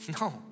No